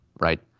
right